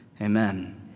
amen